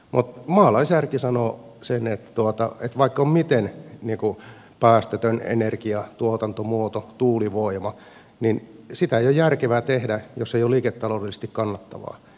mutta maalaisjärki sanoo sen että vaikka tuulivoima on miten päästötön energiatuotantomuoto tahansa niin sitä ei ole järkevää tehdä jos se ei ole liiketaloudellisesti kannattavaa